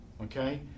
okay